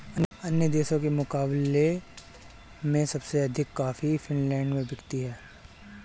अन्य देशों के मुकाबले में सबसे अधिक कॉफी फिनलैंड में बिकती है